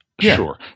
Sure